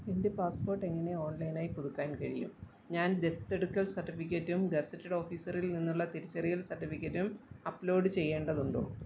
എൻ്റെ പാസ്പോർട്ട് എങ്ങനെ ഓൺലൈനായി പുതുക്കാൻ കഴിയും ഞാൻ ദത്തെടുക്കൽ സർട്ടിഫിക്കറ്റും ഗസറ്റഡ് ഓഫീസറിൽ നിന്നുള്ള തിരിച്ചറിയൽ സർട്ടിഫിക്കറ്റും അപ്ലോഡ് ചെയ്യേണ്ടതുണ്ടോ